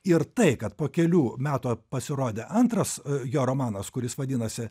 ir tai kad po kelių metų pasirodė antras jo romanas kuris vadinosi